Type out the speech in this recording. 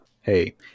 Hey